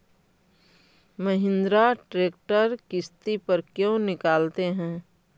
Mahindra tractor किसति पर क्यों निकालते हैं?